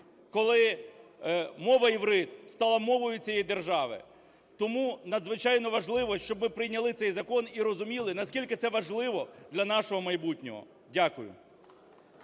коли мова іврит стала мовою цієї держави. Тому надзвичайно важливо, щоб ми прийняли цей закон і розуміли, наскільки це важливо для нашого майбутнього. Дякую.